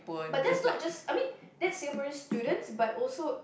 but that's not just I mean that's Singaporean's students but also